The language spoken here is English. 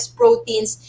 proteins